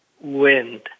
wind